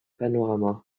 panorama